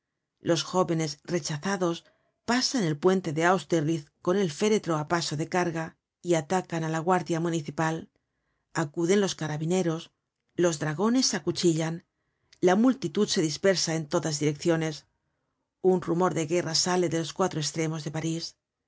los jóvenes rechazados pasan el puente de austerlitz con el féretro á paso de carga y atacan á la guardia municipal acuden los carabineros los dragones acuchillan la multitud se dispersa en todas direcciones un rumor de guerra sale de los cuatro estremos de parís